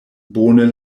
bone